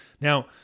Now